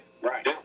Right